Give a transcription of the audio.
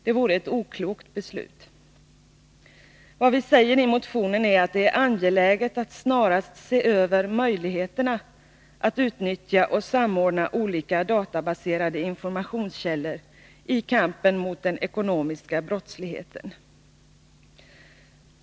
Det vore ett oklokt beslut. Vad vi säger i motionen är att det är angeläget att snarast se över möjligheterna att utnyttja och samordna olika databaserade informationskällor i kampen mot den ekonomiska brottsligheten.